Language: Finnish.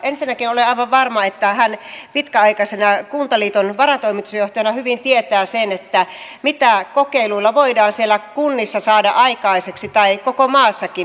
ensinnäkin olen aivan varma että hän pitkäaikaisena kuntaliiton varatoimitusjohtajana hyvin tietää sen mitä kokeiluilla voidaan siellä kunnissa saada aikaiseksi tai koko maassakin